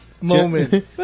moment